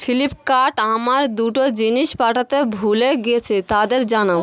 Flipkart আমার দুটো জিনিস পাঠাতে ভুলে গিয়েছে তাদের জানাও